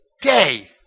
day